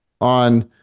on